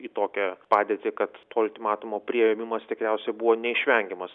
į tokią padėtį kad to ultimatumo priėmimas tikriausiai buvo neišvengiamas